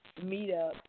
meetup